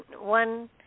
one